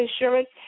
insurance